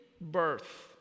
birth